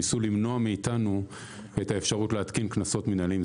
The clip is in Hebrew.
ניסו למנוע ממנו אפשרות להתקין קנסות מינהליים.